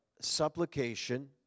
supplication